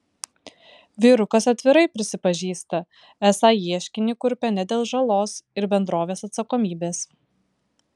vyrukas atvirai prisipažįsta esą ieškinį kurpia ne dėl žalos ir bendrovės atsakomybės